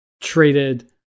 treated